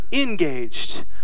engaged